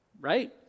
right